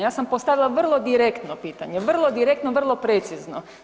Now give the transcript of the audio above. Ja sam postavila vrlo direktno pitanje, vrlo direktno, vrlo precizno.